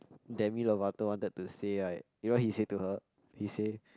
Demi-Lovato wanted to say right you know what he say to her he say